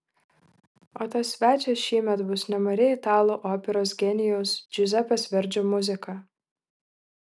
o tas svečias šįmet bus nemari italų operos genijaus džiuzepės verdžio muzika